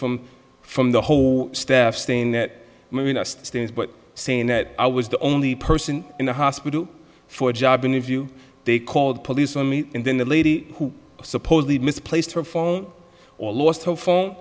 from from the whole staff saying that stance but saying that i was the only person in the hospital for a job interview they called police on me and then the lady who supposedly misplaced her phone or lost her phone